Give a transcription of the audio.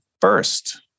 first